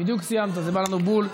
בדיוק סיימת, זה בא לנו בול.